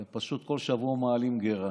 אתם פשוט כל שבוע מעלים גרה,